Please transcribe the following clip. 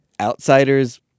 outsiders